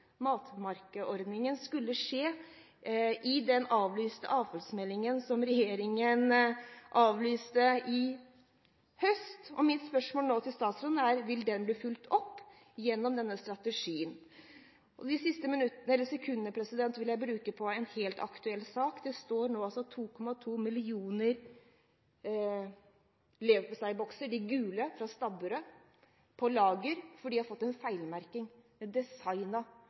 skulle skje i den avfallsmeldingen som regjeringen avlyste i høst. Mitt spørsmål til statsråden er nå: Vil den bli fulgt opp gjennom denne strategien? De siste sekundene vil jeg bruke på en helt aktuell sak. Det står nå 2,2 mill. leverposteibokser – de gule – fra Stabburet på lager fordi de har fått en feilmerking